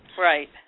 Right